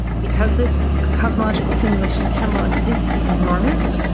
because this cosmological simulation catalog is enormous,